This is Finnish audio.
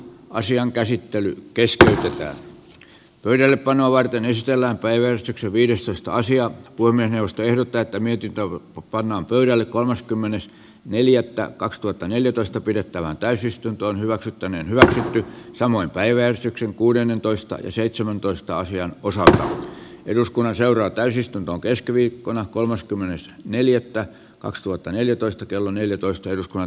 asian käsittely kestää liian painava tynistellään päivystyksen viides toista asiaa puiminen josta ehdottaa että merkintälupa pannaan pöydälle kolmaskymmenes neljättä kaksituhattaneljätoista pidettävään täysistuntoon hyväksytty niin hyvä samoin päiväystyksen kuudennentoista seitsemäntoista asian osaa eduskunnan seuraa täysistuntoon keskiviikkona kolmaskymmenes neljättä kaksituhattaneljätoista kello neljätoista keskeytetään